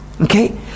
okay